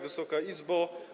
Wysoka Izbo!